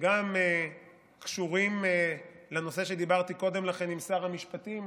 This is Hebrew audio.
שגם קשורים לנושא שדיברתי עליו קודם לכן עם שר המשפטים,